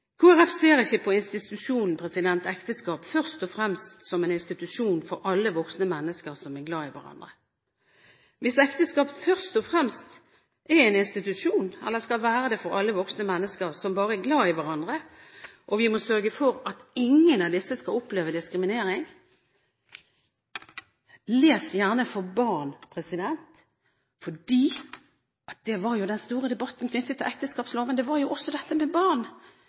ser ikke på institusjonen ekteskap først og fremst som en institusjon for alle voksne mennesker som er glad i hverandre. Hvis ekteskap først og fremst skal være en institusjon for alle voksne mennesker som bare er glad i hverandre – og vi må sørge for at ingen av disse skal oppleve diskriminering, les gjerne: for barn, fordi den store debatten knyttet til ekteskapsloven handlet jo også om barn – og en tenker at barn